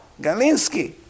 Galinsky